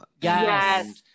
Yes